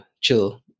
chill